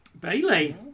Bailey